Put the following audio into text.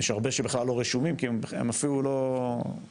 יש הרבה שבכלל לא רשומים, כי הם אפילו לא באים.